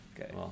Okay